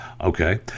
Okay